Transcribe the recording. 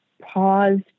pause